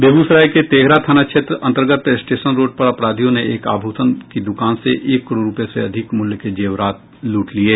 बेगूसराय के तेघरा थाना क्षेत्र अंतर्गत स्टेशन रोड पर अपराधियों ने एक आभूषण की द्रकान से एक करोड़ रूपये से अधिक मूल्य के जेवरात लूट लिये